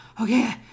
okay